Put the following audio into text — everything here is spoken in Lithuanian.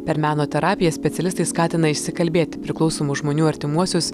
per meno terapiją specialistai skatina išsikalbėti priklausomų žmonių artimuosius